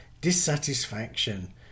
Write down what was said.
dissatisfaction